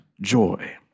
joy